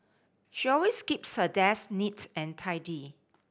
she always keeps her desk neat and tidy